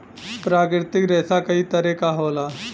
प्राकृतिक रेसा कई तरे क होला